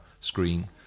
screen